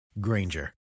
Granger